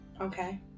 Okay